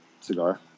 Cigar